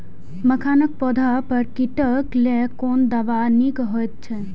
मखानक पौधा पर कीटक लेल कोन दवा निक होयत अछि?